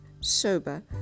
sober